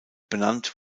benannt